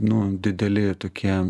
nu dideli tokie